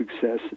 success